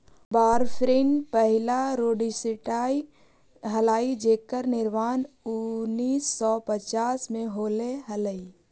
warfarin पहिला rodenticide हलाई जेकर निर्माण उन्नीस सौ पच्चास में होले हलाई